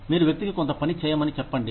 మీరు వ్యక్తికి కొంత పని చేయమని చెప్పండి